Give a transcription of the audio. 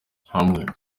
hamwe